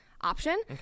option